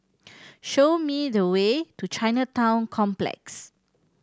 show me the way to Chinatown Complex